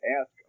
ask